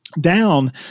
Down